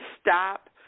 stop